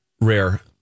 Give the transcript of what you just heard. rare